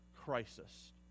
crisis